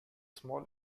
small